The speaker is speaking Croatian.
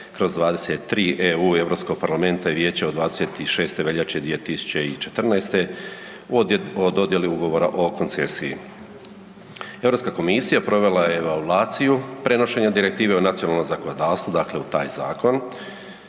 Europskog parlamenta i Vijeća od 26. veljače 2014. o dodjeli ugovora o koncesiji. EU komisija provela je evaluaciju prenošenja direktive u nacionalno zakonodavstvom, dakle u taj zakon